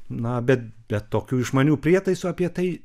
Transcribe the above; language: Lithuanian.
na bet be tokių išmanių prietaisų apie tai